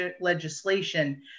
legislation